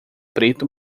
preto